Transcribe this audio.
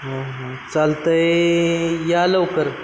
हो हो चालत आहे या लवकर